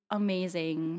amazing